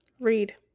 read